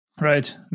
Right